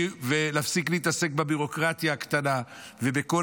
ולהפסיק להתעסק בביורוקרטיה הקטנה ובכל